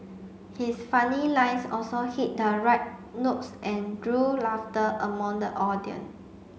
his funny lines also hit the right notes and drew laughter among the audience